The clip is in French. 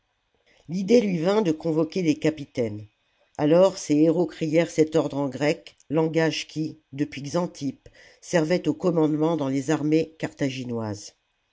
l'idée lui vint de convoquer les capitaines alors ses hérauts crièrent cet ordre en grec langage qui depuis xantippe servait aux commandements dans les armées carthaginoises